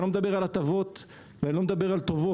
אני לא מדבר על הטבות ואני לא מדבר על טובות,